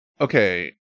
okay